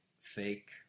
fake